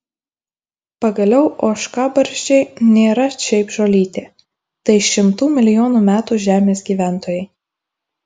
pagaliau ožkabarzdžiai nėra šiaip žolytė tai šimtų milijonų metų žemės gyventojai